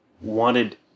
wanted